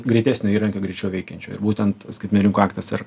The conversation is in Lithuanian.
greitesnio įrankio greičiau veikiančio ir būtent skaitmeninių rinkų aktas ir